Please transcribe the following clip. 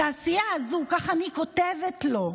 התעשייה הזו, כך אני כותבת לו,